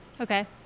okay